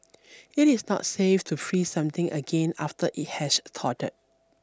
it is not safe to freeze something again after it has thawed